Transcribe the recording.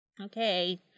Okay